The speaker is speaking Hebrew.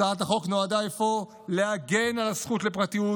הצעת החוק נועדה אפוא להגן על הזכות לפרטיות